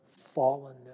fallenness